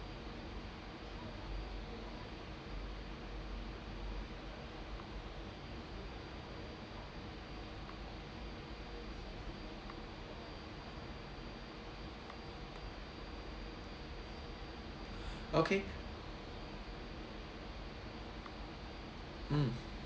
okay mm